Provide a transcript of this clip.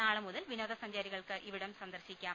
നാളെ മുതൽ വിനോദസഞ്ചാരികൾക്ക് ഇവിടം സന്ദർശിക്കാം